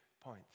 point